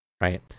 right